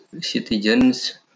citizens